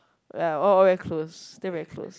ya all all get close stay very close